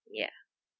ya